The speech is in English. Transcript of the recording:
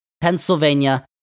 Pennsylvania